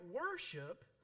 worship